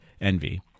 Envy